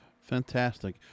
Fantastic